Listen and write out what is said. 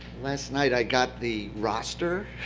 last night, i got the roster,